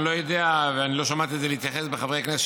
אני לא יודע ולא שמעתי על זה בהתייחסות חברי הכנסת